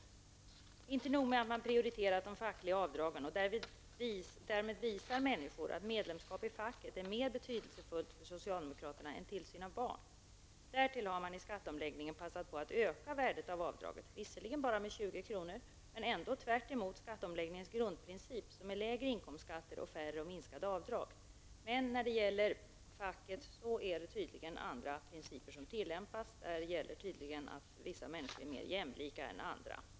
Det är inte nog med att man har prioriterat de fackliga avdragen och därmed visar människor att medlemskap i facket är mer betydelsefullt för socialdemokraterna än tillsyn av barn. Därtill har man i skatteomläggningen passat på att öka värdet av avdragen. Det har visserligen bara gjorts med 20 kr., men det är ändå tvärtemot skatteomläggningens grundprincip, som är lägre inkomstskatter och färre och minskade avdrag. När det gäller facket tillämpas tydligen andra principer. Det gäller tydligen att vissa människor är mer jämlika än andra.